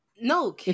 No